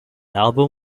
album